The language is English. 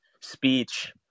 speech